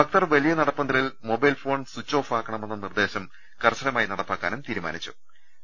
ഭക്തർ വലിയ നടപ്പന്തലിൽ മൊബൈൽ ഫോൺ സിച്ച് ഓഫ് ആക്കണ മെന്ന നിർദ്ദേശം കർശനമായി നടപ്പാക്കാനും തീരുമാനിച്ചിട്ടുണ്ട്